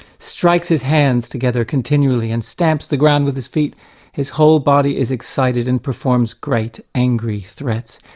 strikes his hands together continually and stamps the ground with his feet his whole body is excited and performs great angry threats.